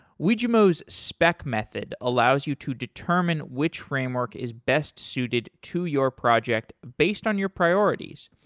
wijmo's spec method allows you to determine which framework is best suited to your project based on your priorities.